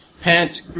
Pant